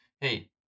hey